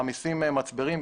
מעמיסים מצברים.